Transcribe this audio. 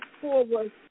forward